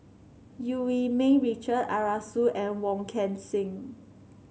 Eu Yee Ming Richard Arasu and Wong Kan Seng